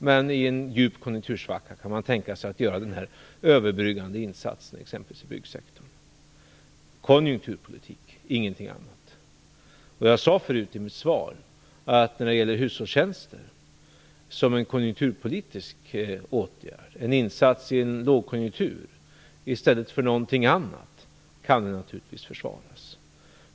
Men i en djup konjunktursvacka kan man tänka sig att göra överbryggande insatser inom exempelvis byggsektorn. Det handlar om konjunkturpolitik, ingenting annat. Jag sade förut i mitt svar att hushållstjänster naturligtvis kan försvaras som en konjunkturpolitisk åtgärd, som en insats i en lågkonjunktur i stället för någonting annat.